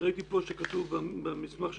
אני ראיתי במסמך כאן.